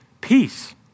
peace